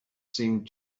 seemed